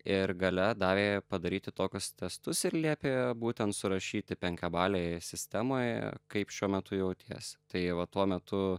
ir gale davė padaryti tokius testus ir liepė būtent surašyti penkiabalėje sistemoje kaip šiuo metu jautiesi tai va tuo metu